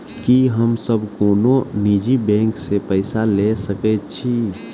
की हम सब कोनो निजी बैंक से पैसा ले सके छी?